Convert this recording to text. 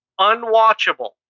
unwatchable